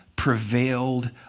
prevailed